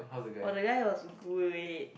oh the guy was great